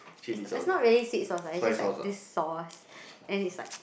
it's it's not really sweet sauce ah it's just like this sauce then it's like